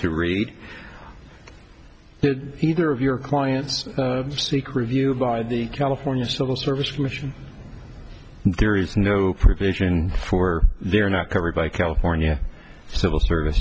to read either of your clients seek review by the california civil service commission there is no provision for they're not covered by california civil service